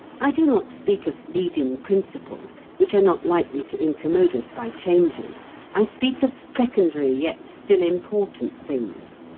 i do not speak of leading principles, which are not likely to incommode us by changing i speak of secondary yet still important things.